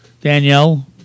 Danielle